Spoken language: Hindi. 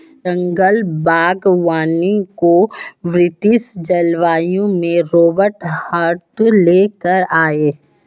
जंगल बागवानी को ब्रिटिश जलवायु में रोबर्ट हार्ट ले कर आये